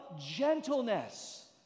gentleness